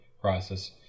process